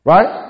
Right